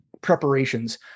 preparations